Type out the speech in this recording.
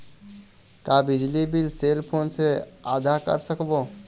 का बिजली bill cell phone से आदा कर सकबो?